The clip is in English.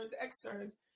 externs